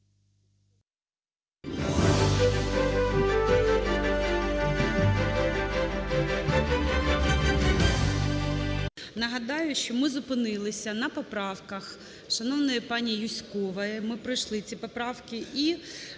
Нагадаю, що ми зупинилися на поправках шановної пані Юзькової, ми пройшли ці поправки і